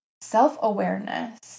self-awareness